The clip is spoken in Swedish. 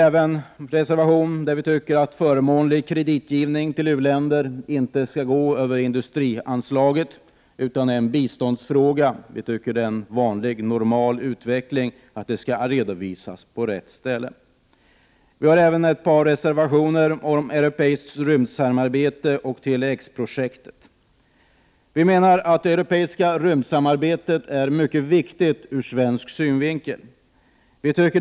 I reservation 15 anser vi att förmånlig kreditgivning till u-länder inte skall gå över industrianslaget. Det är en biståndsfråga. Vi tycker att det är en normal utveckling att detta skall redovisas på rätt ställe. Vi har även ett par reservationer om europeiskt rymdsamarbete och Tele-X-projektet. Vi menar att det europeiska rymdsamarbetet ur svensk synvinkel är mycket viktigt.